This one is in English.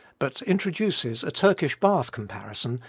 but introduces a turkish bath comparison,